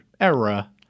Era